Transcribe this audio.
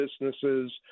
businesses